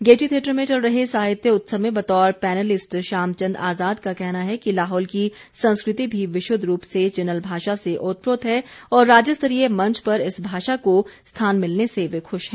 Gaiety theatre में चल रहे साहित्य उत्सव में बतौर पैनलिस्ट शाम चंद आज़ाद का कहना है कि लाहौल की संस्कृति भी विशुद्ध रूप से चिनल भाषा से ओतप्रोत है और राज्यस्तरीय मंच पर इस भाषा को स्थान मिलने से वे खुश हैं